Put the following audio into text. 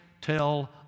tell